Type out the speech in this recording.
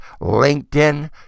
LinkedIn